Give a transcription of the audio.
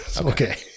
Okay